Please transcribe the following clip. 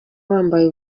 wambaye